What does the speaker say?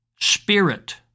spirit